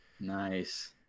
Nice